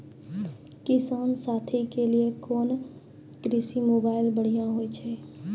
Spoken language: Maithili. किसान साथी के लिए कोन कृषि मोबाइल बढ़िया होय छै?